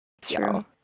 True